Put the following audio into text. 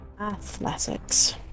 Athletics